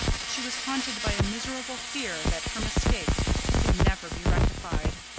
she was haunted by a miserable fear that her mistake could never be rectified.